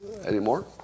Anymore